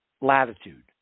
latitude